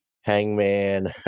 Hangman